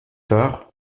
tard